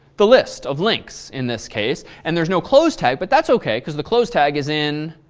the list of links, in this case, and there's no close tag, but that's ok because the close tag is in?